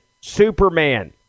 Superman